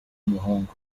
umuhungu